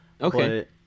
Okay